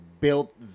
built